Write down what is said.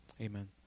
Amen